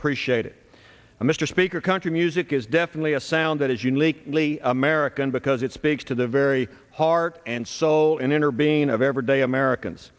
appreciate it mr speaker country music is definitely a sound that is uniquely american because it speaks to the very heart and soul and inner being of everyday americans